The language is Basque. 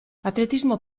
atletismo